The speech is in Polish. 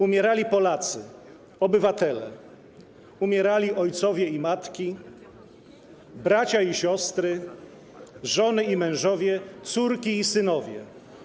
Umierali Polacy, obywatele, umierali ojcowie i matki, bracia i siostry, żony i mężowie, córki i synowie.